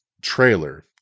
trailer